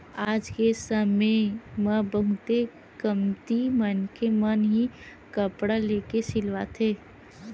आज के समे म बहुते कमती मनखे मन ही कपड़ा लेके सिलवाथे